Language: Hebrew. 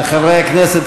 חברי הכנסת,